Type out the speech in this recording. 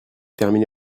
terminé